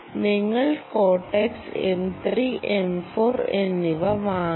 നിങ്ങൾക്ക് Cortex M3 M4 എന്നിവ വാങ്ങാം